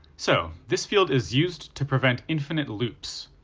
so, this field is used to prevent infinite loops.